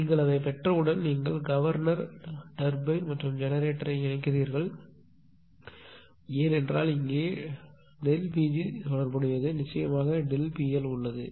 நீங்கள் அதைப் பெற்றவுடன் நீங்கள் கவர்னர் டர்பைன் மற்றும் ஜெனரேட்டரை இணைக்கிறீர்கள் ஏனென்றால் இங்கே Pgதொடர்புடையது நிச்சயமாக ΔP L உள்ளது